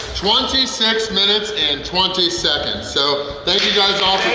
twenty six minutes and twenty seconds! so thank you guys all